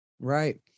Right